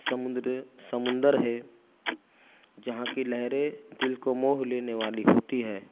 سمندر سمندر ہے جہاں کی لہریں دل کو موہ لینے والی ہوتی ہیں